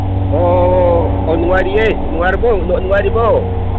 ꯑꯣ ꯑꯥ ꯅꯨꯡꯉꯥꯏꯔꯤꯌꯦ ꯅꯨꯡꯉꯥꯏꯔꯤꯕꯣ ꯅꯨꯡꯉꯥꯏꯔꯤꯕꯣ